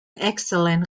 excellent